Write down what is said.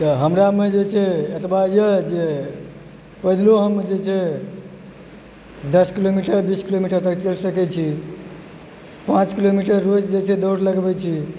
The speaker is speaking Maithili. तऽ हमरामे जे छै एतबा अछि जे पैदलो हम जे छै दश किलोमीटर बीस किलोमीटर तक चलि सकैत छी पाँच किलोमीटर रोज जे छै दौड़ लगबैत छी